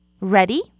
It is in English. Ready